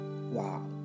wow